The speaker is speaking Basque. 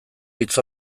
hitz